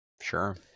Sure